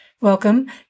Welcome